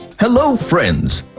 hello friends!